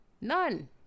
None